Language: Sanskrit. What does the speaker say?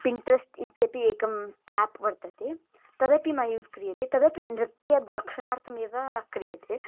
पिण्ट्रस्ट् इत्यपि एकं याप् वर्तते तदपि मै यूज़् क्रियते तदपि नृत्य द्रक्षणार्थमेव क्रियते